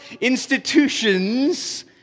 institutions